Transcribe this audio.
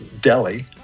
Delhi